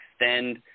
extend